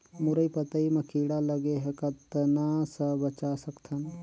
मुरई पतई म कीड़ा लगे ह कतना स बचा सकथन?